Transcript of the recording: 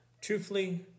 Truthfully